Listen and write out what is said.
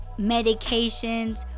medications